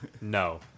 No